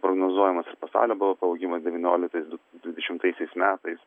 prognozuojamas ir pasaulio bvp augimas devynioliktais dvidešimtaisiais metais